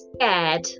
scared